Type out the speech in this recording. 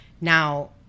Now